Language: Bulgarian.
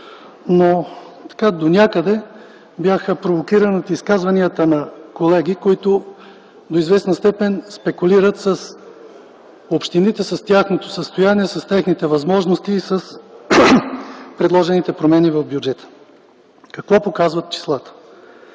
Донякъде бях провокиран от изказванията на колеги, които до известна степен спекулират с общините, с тяхното състояние, с техните възможности и предложените промени в бюджета. Какво показват числата?